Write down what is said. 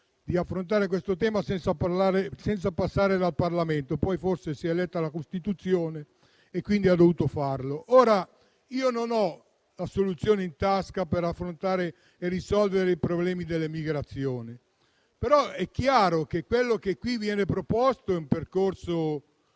di affrontare questo tema senza passare dal Parlamento; poi forse ha letto la Costituzione e quindi ha dovuto farlo. Non ho la soluzione in tasca per affrontare e risolvere i problemi dell'emigrazione, però è chiaro che quello che qui viene proposto è un percorso